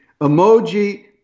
emoji